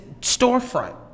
storefront